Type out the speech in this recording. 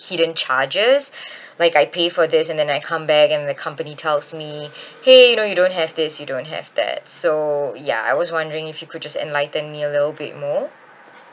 hidden charges like I pay for this and then I come back and the company tells me !hey! you know you don't have this you don't have that so ya I was wondering if you could just enlighten me a little bit more